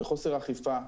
בחוסר אכיפה,